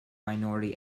minority